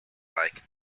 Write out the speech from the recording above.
like